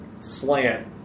slant